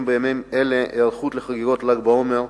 בימים אלה היערכות לחגיגות ל"ג בעומר.